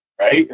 right